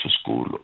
school